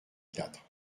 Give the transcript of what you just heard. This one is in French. quatre